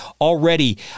already